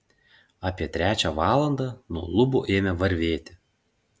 apie trečią valandą nuo lubų ėmė varvėti